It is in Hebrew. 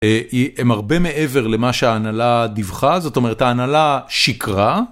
הם הרבה מעבר למה שההנהלה דיווחה, זאת אומרת ההנהלה שקרה.